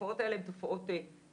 התופעות האלה הן תופעות שחולפות.